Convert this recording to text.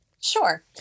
Sure